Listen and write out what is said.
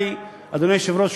אדוני היושב-ראש,